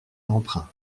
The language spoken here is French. l’emprunt